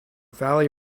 valley